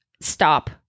stop